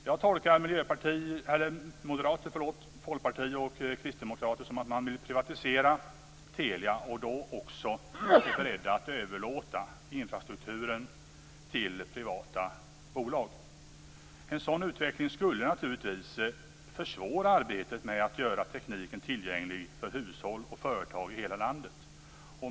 Jag tolkar moderater, folkpartister och kristdemokrater så att de vill privatisera Telia och då också är beredda att överlåta infrastrukturen till privata bolag. En sådan utveckling skulle naturligtvis försvåra arbetet med att göra tekniken tillgänglig för hushåll och företag i hela landet.